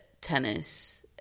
tennis